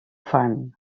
fan